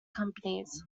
companies